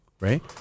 right